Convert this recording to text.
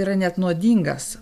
yra net nuodingas